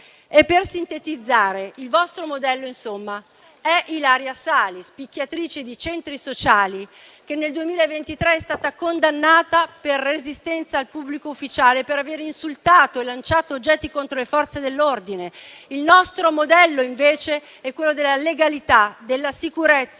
Per sintetizzare, il vostro modello è Ilaria Salis, picchiatrice di centri sociali, che nel 2023 è stata condannata per resistenza a pubblico ufficiale e per aver insultato e lanciato oggetti contro le Forze dell'ordine. Il nostro modello, invece, è quello della legalità, della sicurezza,